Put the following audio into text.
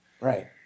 Right